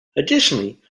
additionally